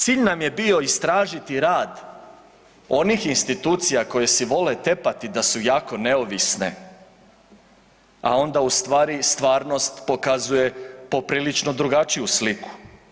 Cilj nam je bio istražiti rad onih institucija koje si vole tepati da su jako neovisne, a onda u stvari stvarnost pokazuje poprilično drugačiju sliku.